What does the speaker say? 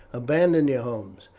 abandon your homes,